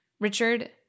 Richard